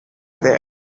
there